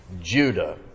Judah